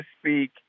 speak